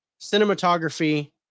cinematography